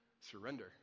surrender